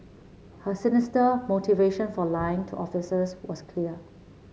her sinister motivation for lying to officers was clear